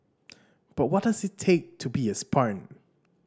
but what does it take to be a spartan